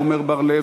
עמר בר-לב,